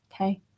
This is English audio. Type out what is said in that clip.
Okay